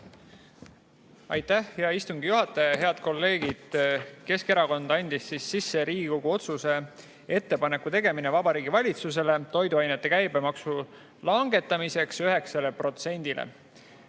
Aitäh, hea istungi juhataja! Head kolleegid! Keskerakond andis sisse Riigikogu otsuse "Ettepaneku tegemine Vabariigi Valitsusele toiduainete käibemaksu langetamiseks 9-le